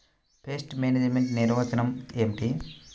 Pest management నిర్వచనం ఏమిటి?